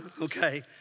Okay